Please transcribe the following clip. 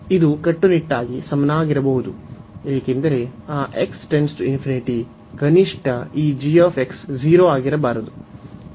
ಇದು ಕಟ್ಟುನಿಟ್ಟಾಗಿ ಸಮನಾಗಿರಬಹುದು ಏಕೆಂದರೆ ಆ ಕನಿಷ್ಠ ಈ g 0 ಆಗಿರಬಾರದು